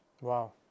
Wow